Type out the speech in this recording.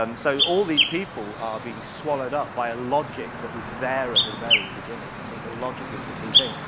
um so all these people are being swallowed up by a logic that was there at the very beginning. i think the logic is the key thing.